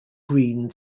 green